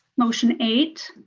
motion eight.